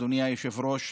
אדוני היושב-ראש,